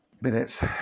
minutes